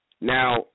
Now